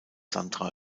sandra